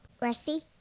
Rusty